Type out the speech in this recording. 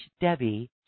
Debbie